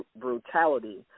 brutality